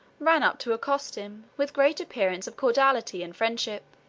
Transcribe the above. ran up to accost him, with great appearance of cordiality and friendship.